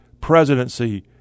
presidency